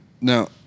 Now